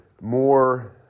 more